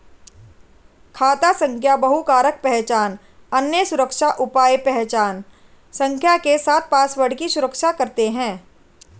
खाता संख्या बहुकारक पहचान, अन्य सुरक्षा उपाय पहचान संख्या के साथ पासवर्ड की सुरक्षा करते हैं